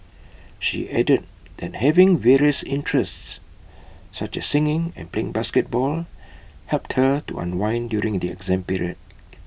she added that having various interests such as singing and playing basketball helped her to unwind during the exam period